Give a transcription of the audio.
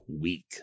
week